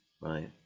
right